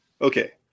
Okay